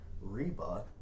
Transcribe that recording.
reba